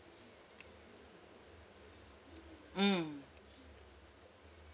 mm